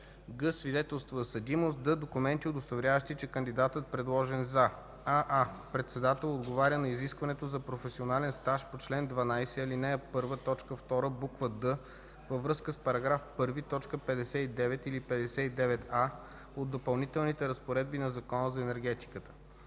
г) свидетелство за съдимост; д) документи, удостоверяващи, че кандидатът, предложен за: аа) председател отговаря на изискването за професионален стаж по чл. 12, ал. 1, т. 2, буква „д” във връзка с § 1, т. 59 или 59а от Допълнителните разпоредби на Закона за енергетиката;